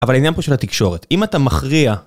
אבל העניין פה של התקשורת, אם אתה מכריע...